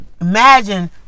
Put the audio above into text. imagine